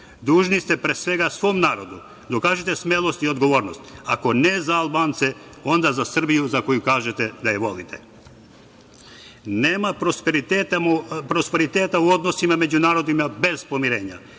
Dužni ste pre svega svom narodu. Dokažite smelost i odgovornost, ako ne za Albance, onda za Srbiju za koju kažete da je volite. Nema prosperiteta u odnosima međunarodnim bez pomirenja.